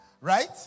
right